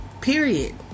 Period